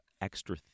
extra